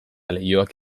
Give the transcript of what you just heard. leihoak